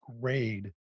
grade